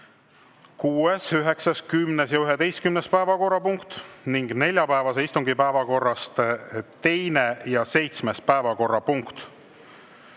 10. ja 11. päevakorrapunkt ning neljapäevase istungi päevakorrast teine ja seitsmes päevakorrapunkt.